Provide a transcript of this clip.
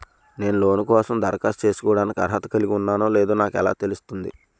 నేను లోన్ కోసం దరఖాస్తు చేసుకోవడానికి అర్హత కలిగి ఉన్నానో లేదో నాకు ఎలా తెలుస్తుంది?